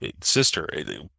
sister